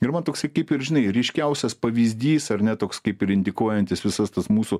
ir man toks kaip ir žinai ryškiausias pavyzdys ar ne toks kaip ir indikuojantis visas tas mūsų